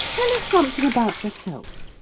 tell us something about yourself.